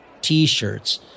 t-shirts